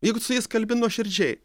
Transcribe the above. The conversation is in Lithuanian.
jeigu tu su jais kalbi nuoširdžiai